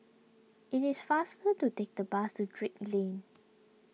it is faster to take the bus to Drake Lane